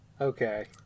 Okay